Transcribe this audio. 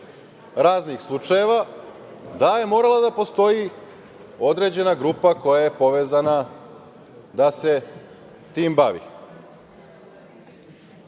raznih slučajeva da je morala da postoji određena grupa koja je povezana da se tim bavi,